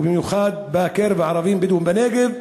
ובמיוחד בקרב הערבים-הבדואים בנגב.